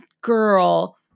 girl